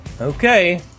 Okay